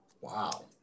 Wow